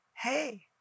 hey